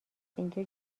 اینجا